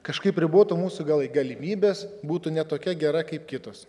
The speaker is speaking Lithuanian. kažkaip ribotų mūsų gali galimybes būtų ne tokia gera kaip kitos